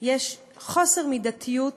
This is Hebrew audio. יש חוסר מידתיות